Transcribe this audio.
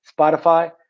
Spotify